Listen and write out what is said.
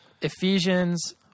Ephesians